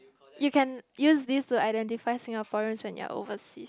you can use this to identify Singaporeans when you are overseas